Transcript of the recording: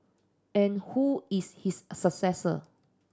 and who is his successor